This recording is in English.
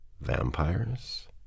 Vampires